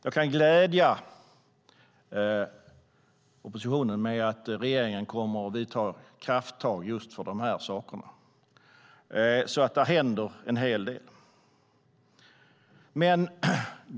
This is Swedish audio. Jag kan glädja oppositionen med att regeringen kommer att vidta kraftiga åtgärder i dessa frågor. Det händer en hel del.